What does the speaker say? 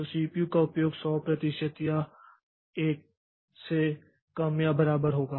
तो सीपीयू का उपयोग 100 प्रतिशत या 10 से कम या बराबर होगा